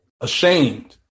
ashamed